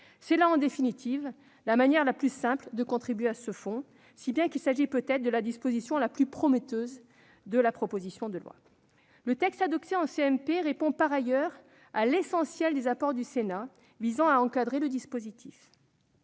C'est là, en définitive, la manière la plus simple de contribuer à ce fonds, si bien qu'il s'agit peut-être de la disposition la plus prometteuse de la proposition de loi. Le texte adopté en commission mixte paritaire reprend par ailleurs l'essentiel des apports du Sénat visant à encadrer le dispositif.